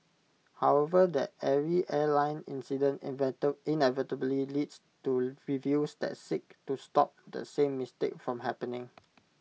however that every airline incident inevitably leads to reviews that seek to stop the same mistake from happening